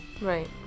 right